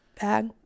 bag